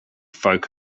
folk